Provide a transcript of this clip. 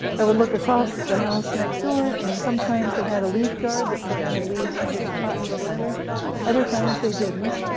i would look across to the house next door, and sometimes they had a leaf guard that prevented leaves from getting caught in the gutter other times they didn't.